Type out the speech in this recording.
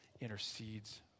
intercedes